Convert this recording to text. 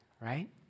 right